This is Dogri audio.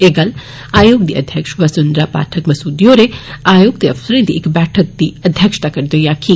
एह गल्ल आयोग दी अध्यक्ष वसुंद्रा पाठक मसोदी होर आयोग दे अफसरें दी इक बैठक दी अध्यक्षता करदे होई आक्खी